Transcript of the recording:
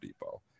Depot